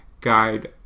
guide